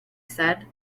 said